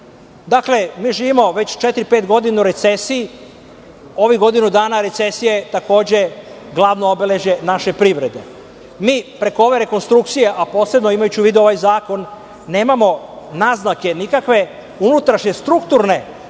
Dakle, živimo već četiri, pet godina u recesiji. Ovih godinu dana recesija je takođe glavno obeležje naše privrede. Mi preko ove rekonstrukcije, a posebno imajući u vidu ovaj zakon, nemamo nikakve naznake unutrašnje strukturne promene